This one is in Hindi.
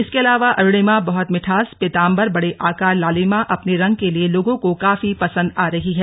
इसके अलावा अरुणिमा बहुत मिठास पीताम्बर बड़े आकर लालिमा अपने रंग के लिए लोगों को काफी पसंद आ रही हैं